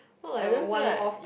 not like a one off